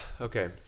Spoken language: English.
Okay